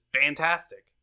fantastic